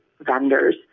vendors